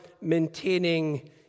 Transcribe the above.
maintaining